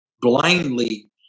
blindly